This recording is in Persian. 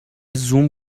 زوم